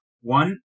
One